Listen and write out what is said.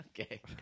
Okay